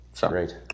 Great